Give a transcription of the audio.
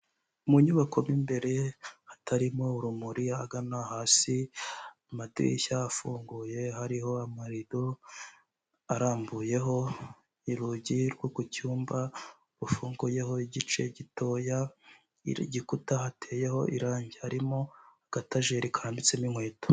Mu nyubako mo imbere hatarimo urumuri ahagana hasi amadirishya afunguye, hariho amarido arambuyeho urugi rwo ku cyumba rufunguyeho igice gitoya, igikuta hateyeho irangi harimo agatajeri karambitsemo inkweto.